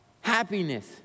happiness